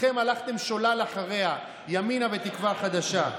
שכולכם הלכתם שולל אחריה, ימינה ותקווה חדשה?